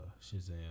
Shazam